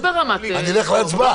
אני אלך להצבעה.